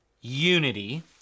unity